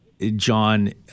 John